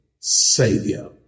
savior